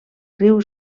riu